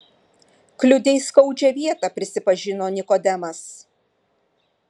kliudei skaudžią vietą prisipažino nikodemas